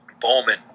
Bowman